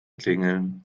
klingeln